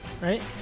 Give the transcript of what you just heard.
right